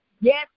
Yes